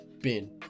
bin